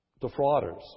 defrauders